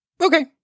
Okay